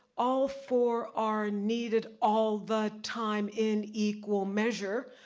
all four are needed all the time in equal measure.